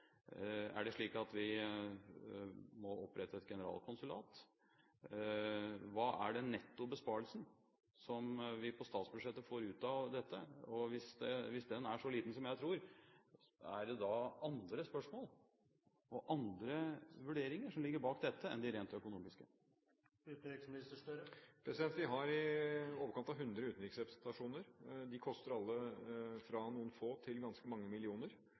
Er det slik at vi må opprette et generalkonsulat? Hva er nettobesparelsen som vi får ut av dette på statsbudsjettet? Hvis den er så liten som jeg tror, er det da andre spørsmål og andre vurderinger som ligger bak dette, enn de rent økonomiske? Vi har i overkant av 100 utenriksrepresentasjoner. De koster alle fra noen få til ganske mange millioner.